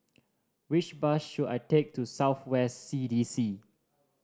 which bus should I take to South West C D C